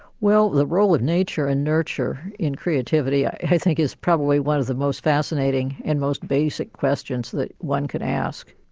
well the role of nature and nurture in creativity i think is one of the most fascinating and most basic questions that one could ask.